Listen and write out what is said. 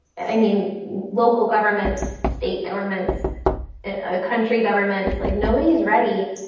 i mean local governments state governments, a country governments like nobody is ready.